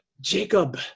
Jacob